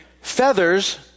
Feathers